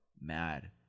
mad